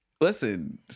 Listen